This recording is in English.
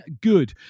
good